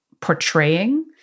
portraying